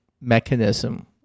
mechanism